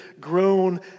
grown